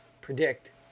predict